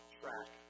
track